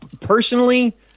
personally